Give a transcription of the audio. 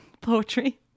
Poetry